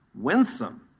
winsome